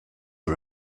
are